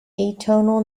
atonal